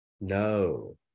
No